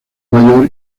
mayor